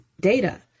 data